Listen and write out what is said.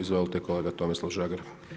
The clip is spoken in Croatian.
Izvolite kolega Tomislav Žagar.